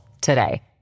today